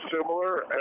similar